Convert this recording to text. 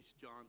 John